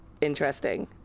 interesting